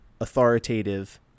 authoritative